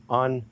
on